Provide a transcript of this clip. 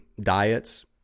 diets